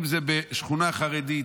אם זה בשכונה חרדית,